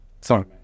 Sorry